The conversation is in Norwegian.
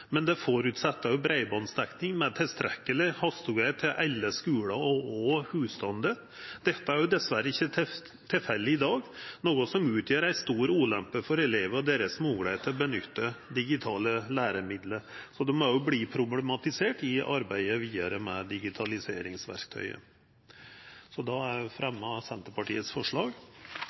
men det føreset òg breibandsdekning med tilstrekkeleg hastigheit til alle skular og husstandar. Dette er dessverre ikkje tilfelle i dag, noko som utgjer ei stor ulempe for elevar og deira moglegheiter til å nytta digitale læremiddel, så det må òg verta problematisert i arbeidet vidare med digitaliseringsverktøyet.